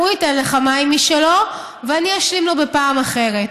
הוא ייתן לך מים משלו ואני אשלים לו בפעם אחרת.